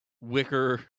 wicker